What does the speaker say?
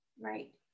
Right